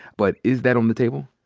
but is that on the table?